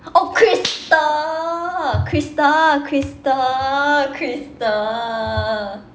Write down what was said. oh krystal krystal krystal krystal